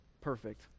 perfect